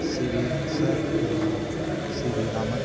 C V sir C V Raman